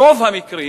ברוב המקרים,